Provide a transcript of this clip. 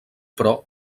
però